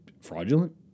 Fraudulent